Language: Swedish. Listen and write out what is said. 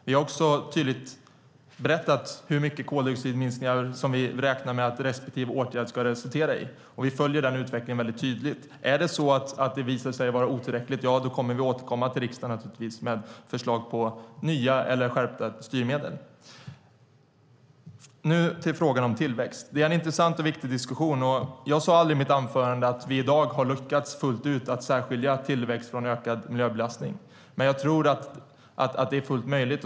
Vi har också berättat tydligt hur mycket koldioxidminskningar vi räknar med att respektive åtgärd ska resultera i, och vi följer den utvecklingen noga. Visar det sig vara otillräckligt återkommer vi till riksdagen med förslag på skärpta eller nya styrmedel. Så till frågan om tillväxt. Det är en intressant och viktigt diskussion. Jag sade aldrig i mitt anförande att vi i dag har lyckats fullt ut att särskilja tillväxt från ökad miljöbelastning, men jag tror att det är full möjligt.